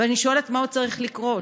ואני שואלת: מה עוד צריך לקרות?